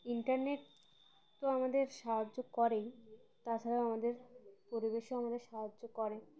internet তো আমাদের সাহায্য করেই তাছাড়াও আমাদের পরিবেশও আমাদের সাহায্য করে